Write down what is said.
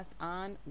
on